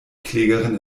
klägerin